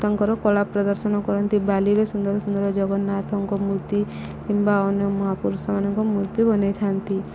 ତାଙ୍କର କଳା ପ୍ରଦର୍ଶନ କରନ୍ତି ବାଲିରେ ସୁନ୍ଦର ସୁନ୍ଦର ଜଗନ୍ନାଥଙ୍କ ମୂର୍ତ୍ତି କିମ୍ବା ଅନ୍ୟ ମହାପୁରୁଷ ମାନଙ୍କ ମୂର୍ତ୍ତି ବନେଇଥାନ୍ତି